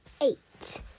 Eight